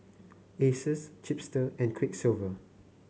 Asus Chipster and Quiksilver